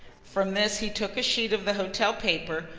from this he took a sheet of the hotel paper,